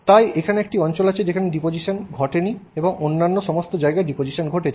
সুতরাং এখানে একটি অঞ্চল আছে যেখানে ডিপোজিশন এখানে ঘটেনি এবং অন্যান্য সমস্ত জায়গায় ডিপোজিশন ঘটেছে